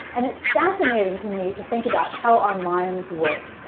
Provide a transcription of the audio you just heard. and it's fascinating to me to think about how our minds work.